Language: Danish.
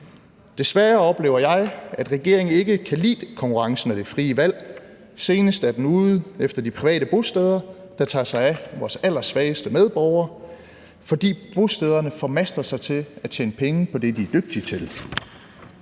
Desværre oplever jeg, at regeringen ikke kan lide konkurrencen og det frie valg. Senest er den ude efter de private bosteder, der tager sig af vores allersvageste medborgere, fordi bostederne formaster sig til at tjene penge på det, de er dygtige til.